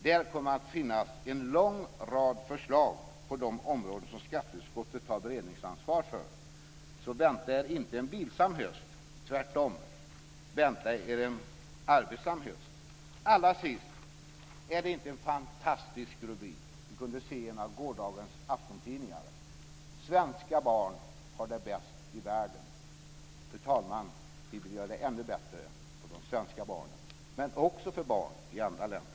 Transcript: Där kommer att finnas en lång rad förslag på de områden som skatteutskottet har beredningsansvar för. Så vänta er inte en vilsam höst - tvärtom. Vänta er en arbetsam höst. Allra sist vill jag visa denna tidningssida. Var det inte en fantastisk rubrik vi kunde se i en av gårdagens aftontidningar? "Svenska barn har det bäst i världen." Fru talman! Vi vill göra det ännu bättre för de svenska barnen, men också för barn i andra länder.